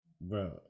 bro